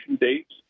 dates